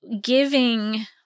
giving